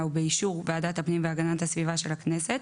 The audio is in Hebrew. ובאישור ועדת הפנים והגנת הסביבה של הכנסת,